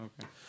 Okay